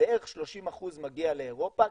בערך 30% מגיע לאירופה,